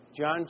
John